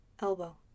elbow